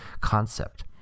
concept